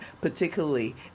particularly